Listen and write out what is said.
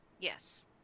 yes